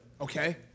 okay